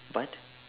but